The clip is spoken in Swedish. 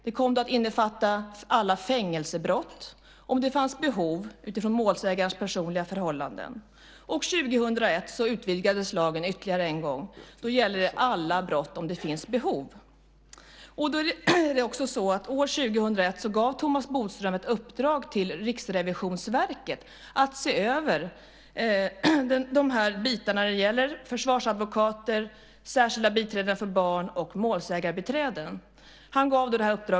Den kom att innefatta alla fängelsebrott om det fanns behov utifrån målsägarens personliga förhållanden. År 2001 utvidgades lagen ytterligare en gång så att alla brott omfattas om det finns behov. År 2001 gav Thomas Bodström ett uppdrag till Riksrevisionsverket att se över de delar som gäller försvarsadvokater, särskilda biträden för barn och målsägarbiträden.